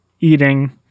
eating